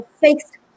fixed